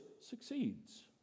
succeeds